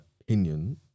opinion